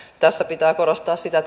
tässä pitää korostaa sitä